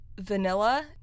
vanilla